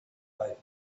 life